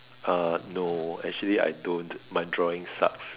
uh no actually I don't my drawing sucks